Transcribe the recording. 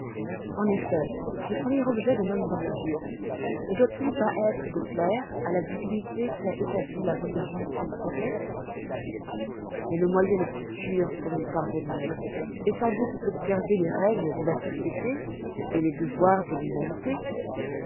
en effet le premier objet d'un homme religieux ne doit-il pas être de plaire à la divinité qui a établi la religion qu'il professe mais le moyen le plus sûr pour y parvenir est sans doute d'observer les règles de la société et les devoirs de l'humanité